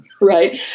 right